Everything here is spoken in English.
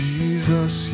Jesus